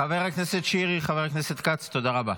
חבר הכנסת כץ, חבר הכנסת שירי, תודה רבה.